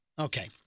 Okay